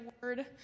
word